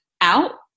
out